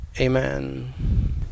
Amen